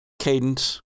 Cadence